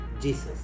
Jesus